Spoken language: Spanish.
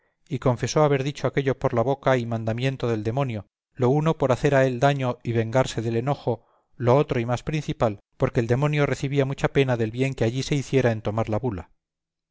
y confesó haber dicho aquello por la boca y mandamiento del demonio lo uno por hacer a él daño y vengarse del enojo lo otro y más principal porque el demonio recibía mucha pena del bien que allí se hiciera en tomar la bula